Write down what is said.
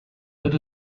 had